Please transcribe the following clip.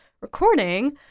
recording